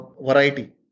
variety